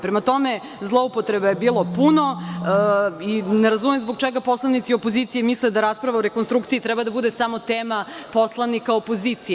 Prema tome, zloupotreba je bilo puno i ne razumem zbog čega poslanici opozicije misle da rasprava o rekonstrukciji treba da bude samo tema poslanika opozicije.